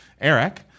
Eric